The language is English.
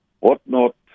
whatnot